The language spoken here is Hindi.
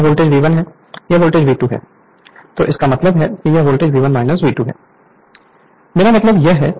Refer Slide Time 2016 यह 1 वाइंडिंग है